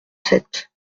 sept